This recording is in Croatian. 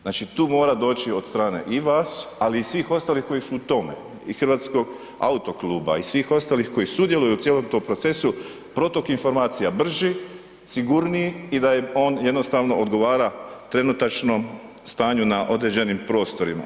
Znači tu mora doći od strane i vas, ali i svih ostalih koji su u tome i Hrvatskog autokluba i svih ostalih koji sudjeluju u cijelom tom procesu, protok informacija brži, sigurniji i da im on jednostavno odgovara trenutačnom stanju na određenim prostorima.